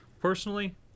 Personally